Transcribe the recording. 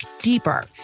deeper